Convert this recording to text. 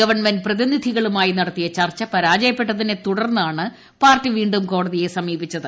government പ്രതിനിധികളുമായി നടത്തിയ ചർച്ച പരാജയപ്പെട്ടതിനെ തുടർന്നാണ് പാർട്ടി വീ ും കോടതിയെ സമീപിച്ചത്